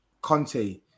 Conte